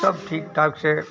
सब ठीक ठाक से